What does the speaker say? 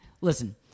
Listen